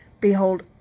Behold